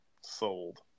sold